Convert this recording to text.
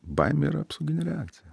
baimė yra apsauginė reakcija